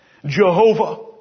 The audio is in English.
Jehovah